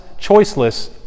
choiceless